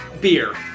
beer